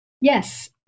Yes